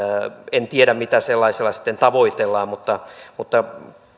en tiedä mitä sellaisella sitten tavoitellaan mutta mutta